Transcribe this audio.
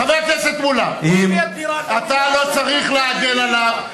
חבר הכנסת מולה, אתה לא צריך להגן עליו.